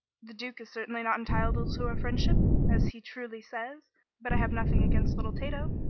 the duke is certainly not entitled to our friendship, as he truly says but i have nothing against little tato.